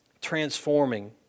transforming